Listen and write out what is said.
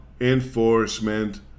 enforcement